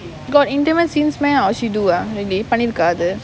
got intimate scenes meh oh she do ah really பண்ணிருக்கா அது:pannirukkaa athu